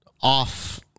off